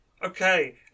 Okay